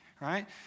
right